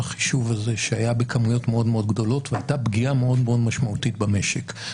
החישוב הזה שהיה בכמויות מאוד גדולות והייתה פגיעה מאוד משמעותית במשק.